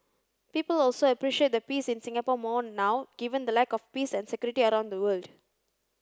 people also appreciate the peace in Singapore more now given the lack of peace and security around the world